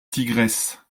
tigresse